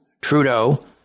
Trudeau